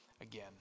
again